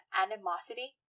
animosity